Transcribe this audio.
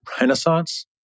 renaissance